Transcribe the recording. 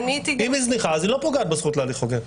אם היא זניחה אז היא לא פוגעת בזכות להליך הוגן.